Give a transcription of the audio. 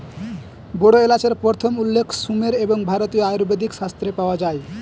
বড় এলাচের প্রথম উল্লেখ সুমের এবং ভারতীয় আয়ুর্বেদিক শাস্ত্রে পাওয়া যায়